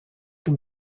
can